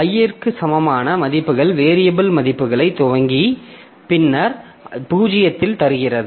i க்கு சமமான மதிப்புகள் வேரியபில் மதிப்புகளை துவக்கி பின்னர் 0 ஐத் தருகிறது